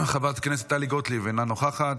חברת הכנסת טלי גוטליב, אינה נוכחת,